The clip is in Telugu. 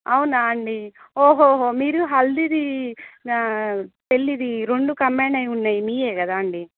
అవునా అండి ఓహోహో మీరు హల్దిది పెళ్లిది రెండు కంబైన్డ్ అయ్యి ఉన్నాయి మీవే కదా అండి